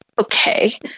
okay